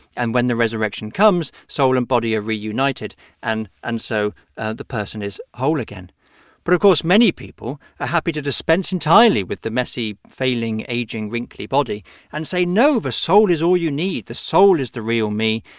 and when the resurrection comes, soul and body are reunited and and so ah the person is whole again but, of course, many people are ah happy to dispense entirely with the messy, failing, aging, wrinkly body and say, no, the soul is all you need. the soul is the real me.